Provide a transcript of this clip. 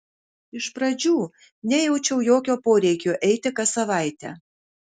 iš pradžių nejaučiau jokio poreikio eiti kas savaitę